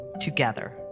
together